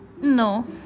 No